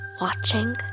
watching